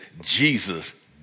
Jesus